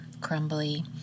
crumbly